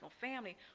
family